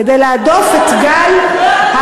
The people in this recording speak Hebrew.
כדי להדוף את גל,